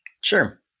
Sure